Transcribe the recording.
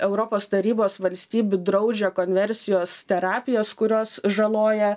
europos tarybos valstybių draudžia konversijos terapijos kurios žaloja